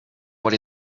what